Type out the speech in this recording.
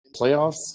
playoffs